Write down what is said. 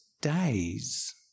days